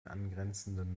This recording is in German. angrenzenden